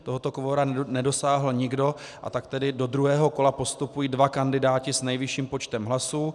Tohoto kvora nedosáhl nikdo, a tak tedy do druhého kola postupují dva kandidáti s nejvyšším počtem hlasů.